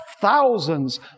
thousands